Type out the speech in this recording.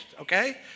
okay